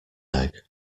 egg